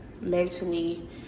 mentally